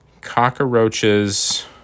Cockroaches